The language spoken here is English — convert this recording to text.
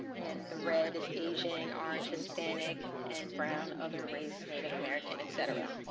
and the red is asian, orange hispanic and brown other race native american, et cetera.